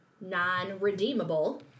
non-redeemable